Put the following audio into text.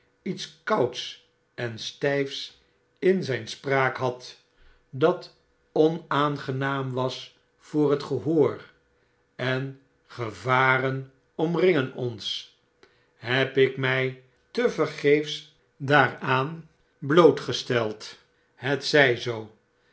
lets kouds en stijfs in sl spraak had dat onaangenaam was voor het oor en gevaren omringen ons heb ik mij tevergeefsdaaraan blootgesteld het zij z